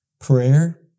prayer